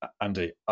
Andy